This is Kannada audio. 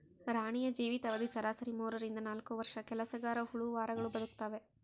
ರಾಣಿಯ ಜೀವಿತ ಅವಧಿ ಸರಾಸರಿ ಮೂರರಿಂದ ನಾಲ್ಕು ವರ್ಷ ಕೆಲಸಗರಹುಳು ವಾರಗಳು ಬದುಕ್ತಾವೆ